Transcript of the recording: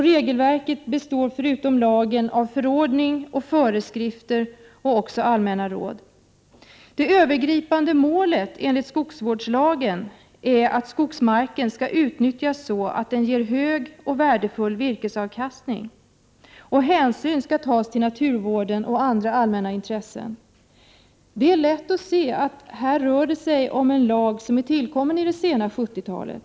Regelverket består förutom av lagen av förordning, föreskrifter och allmänna råd. Det övergripande målet, enligt skogsvårdslagen, är att skogsmarken skall utnyttjas så att den ger hög och värdefull virkesavkastning, och hänsyn skall tas till naturvården och andra allmänna intressen. Det är lätt att se att det här rör sig om en lag som är tillkommen på det sena 70-talet.